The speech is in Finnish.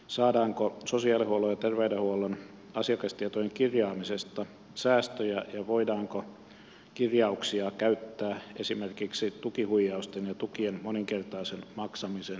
saadaanko sosiaalihuollon ja terveydenhuollon asiakastietojen kirjaamisesta säästöjä ja voidaanko kirjauksia käyttää esimerkiksi tukihuijausten ja tukien moninkertaisen maksamisen ehkäisyyn